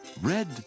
red